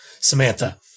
Samantha